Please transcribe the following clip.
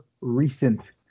recent